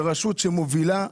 רשות שמובילה,